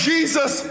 Jesus